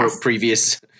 previous